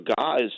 guys